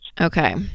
Okay